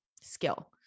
skill